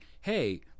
hey